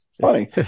Funny